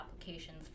applications